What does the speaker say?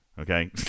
Okay